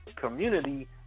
Community